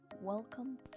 Welcome